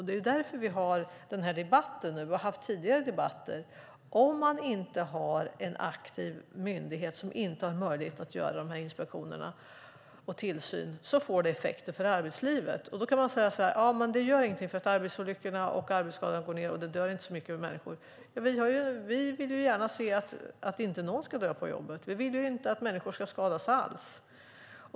Det är därför vi har den här debatten och har haft tidigare debatter: Om man inte har en aktiv myndighet som har möjlighet att göra inspektionerna och bedriva tillsyn får det effekter för arbetslivet. Man kan säga att det inte gör någonting eftersom arbetsolyckorna och arbetsskadorna går ned och det inte dör så mycket människor, men vi vill ju gärna se att ingen ska dö på jobbet. Vi vill inte att människor ska skadas alls.